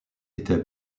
était